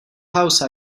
house